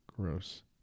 Gross